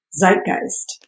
zeitgeist